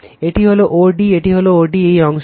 এটা হল o d এটি o d এই অংশটি